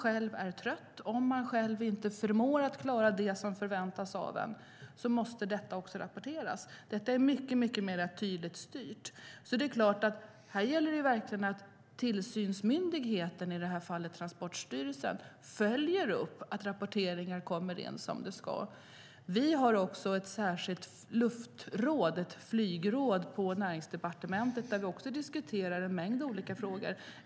Om man är trött och känner att man inte förmår klara av det som förväntas av en måste det rapporteras. Det är mycket tydligt styrt inom flyget. Det gäller för tillsynsmyndigheten, i det här fallet Transportstyrelsen, att följa upp detta och se till att rapporteringar kommer in som de ska. Vi har på Näringsdepartementet ett särskilt luftråd, flygråd, där vi diskuterar en mängd olika frågor.